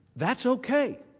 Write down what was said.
that's okay.